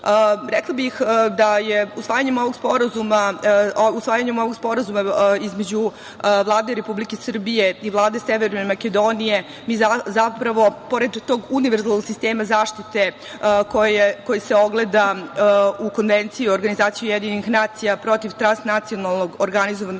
bih da, usvajanjem ovog Sporazuma između Vlade Republike Srbije i Vlade Severne Makedonije, pored tog univerzalnog sistema zaštite koji se ogleda u Konvenciji i organizaciji UN protiv trasnacionalnog organizovanog